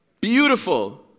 beautiful